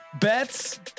bets